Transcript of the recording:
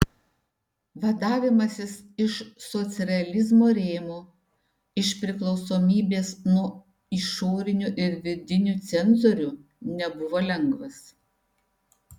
vadavimasis iš socrealizmo rėmų iš priklausomybės nuo išorinių ir vidinių cenzorių nebuvo lengvas